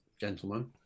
gentlemen